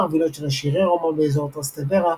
וילות של עשירי רומא באזור טרסטוורה,